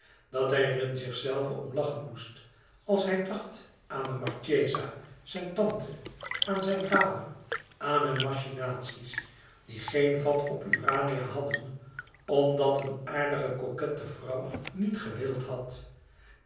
dat hij er in zichzelven om lachen moest als hij dacht aan de marchesa zijne tante aan zijn vader aan hunne machinaties die geen vat op urania hadden omdat een aardige coquette vrouw niet gewild had